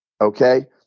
Okay